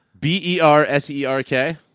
B-E-R-S-E-R-K